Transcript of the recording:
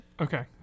Okay